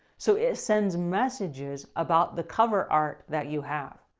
so it sends messages about the cover art that you have.